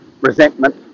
resentment